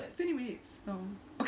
it's twenty minutes long